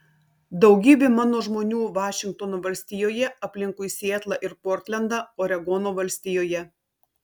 daugybė mano žmonių vašingtono valstijoje aplinkui sietlą ir portlendą oregono valstijoje